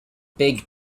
big